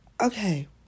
Okay